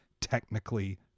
technically